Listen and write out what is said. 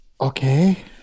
okay